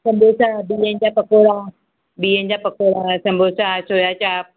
समोसा बिह जा पकोड़ा बिह जा पकोड़ा समोसा सोया चाप